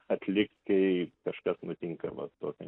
atlikti kažkas nutinka va tokio